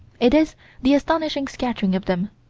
it is the astonishing scattering of them,